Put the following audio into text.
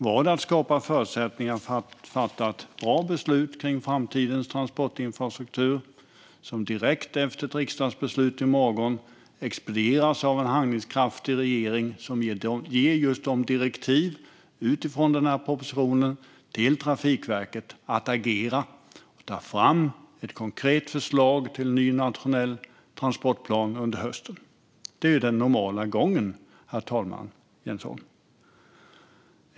Var det för att skapa förutsättningar för att fatta ett bra beslut kring framtidens transportinfrastruktur, som direkt efter ett riksdagsbeslut i morgon ska expedieras av en handlingskraftig regering som utifrån propositionen ska ge direktiv till Trafikverket, att agera och ta fram ett konkret förslag till ny nationell transportplan under hösten? Det är ju den normala gången, Jens Holm.